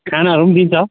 खानाहरू पनि दिन्छ